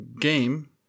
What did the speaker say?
game